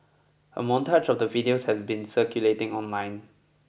a montage of the videos have been circulating online